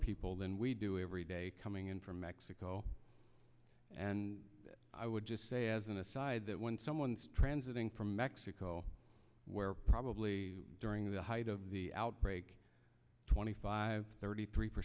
people than we do every day coming in from mexico and i would just say as an aside that when someone transiting from mexico where probably during the height of the outbreak twenty five thirty three